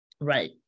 right